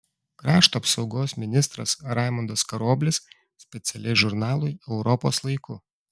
krašto apsaugos ministras raimundas karoblis specialiai žurnalui europos laiku